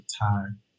time